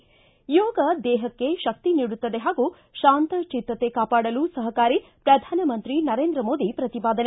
ಿ ಯೋಗ ದೇಹಕ್ಕೆ ಶಕ್ತಿ ನೀಡುತ್ತದೆ ಹಾಗೂ ಶಾಂತಚಿತ್ತತೆ ಕಾಪಾಡಲು ಸಹಕಾರಿ ಪ್ರಧಾನಮಂತ್ರಿ ನರೇಂದ್ರ ಮೋದಿ ಪ್ರತಿಪಾದನೆ